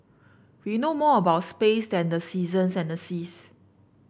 we know more about space than the seasons and the seas